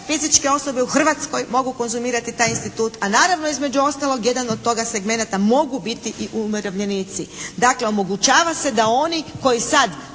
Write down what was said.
fizičke osobe u Hrvatskoj mogu konzumirati taj institut. A naravno između ostalog, jedan od toga segmenata mogu biti i umirovljenici. Dakle, omogućava se da oni koji sad